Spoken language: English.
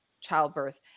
childbirth